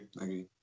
agree